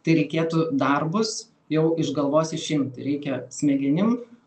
tai reikėtų darbus jau iš galvos išimti reikia smegenim